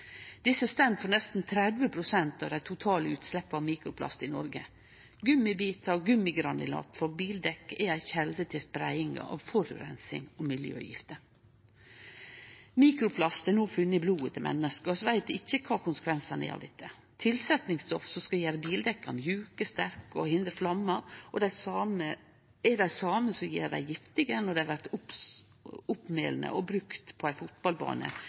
Desse står for nesten 30 pst. av dei totale utsleppa av mikroplast i Noreg. Gummibitar og gummigranulat frå bildekk er ei kjelde til spreiinga av forureining og miljøgifter. Mikroplast er no funne i blodet til menneske, og vi veit ikkje kva konsekvensane er av dette. Tilsetningsstoffa som skal gjere bildekka mjuke og sterke og hindre flammer, er dei same som gjer dei giftige når dei blir malne opp og brukte på ei fotballbane eller ein